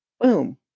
Boom